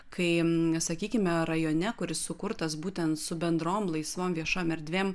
kai sakykime rajone kuris sukurtas būtent su bendrom laisvom viešom erdvėm